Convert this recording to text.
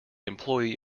employee